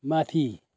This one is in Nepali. माथि